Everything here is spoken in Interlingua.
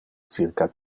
circa